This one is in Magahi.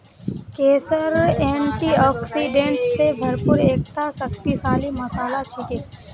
केसर एंटीऑक्सीडेंट स भरपूर एकता शक्तिशाली मसाला छिके